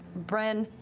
bren,